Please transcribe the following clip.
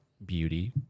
beauty